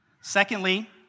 Secondly